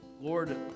Lord